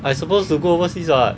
I suppose to go overseas what